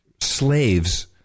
slaves